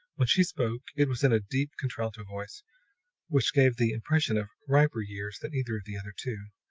when she spoke it was in a deep, contralto voice which gave the impression of riper years than either of the other two.